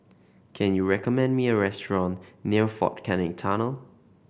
can you recommend me a restaurant near Fort Canning Tunnel